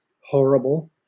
horrible